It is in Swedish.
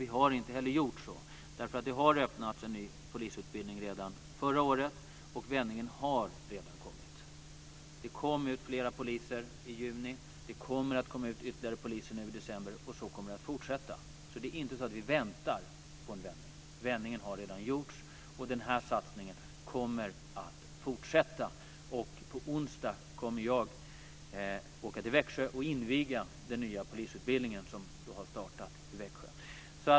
Vi har inte heller gjort så, därför att det har öppnats en ny polisutbildning redan förra året, och vändningen har redan kommit. Det kom ut flera poliser i juni, det kommer att komma ut ytterligare poliser nu i december, och så kommer det att fortsätta. Det är alltså inte så att vi väntar på en vändning. Vändningen har redan gjorts, och den här satsningen kommer att fortsätta. På onsdag kommer jag att åka till Växjö för att inviga den nya polisutbildning som har startat i Växjö.